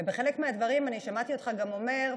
ובחלק מהדברים אני שמעתי אותך גם אומר: